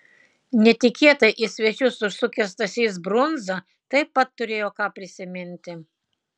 netikėtai į svečius užsukęs stasys brundza taip pat turėjo ką prisiminti